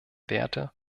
werte